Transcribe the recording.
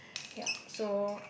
ya so